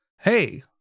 hey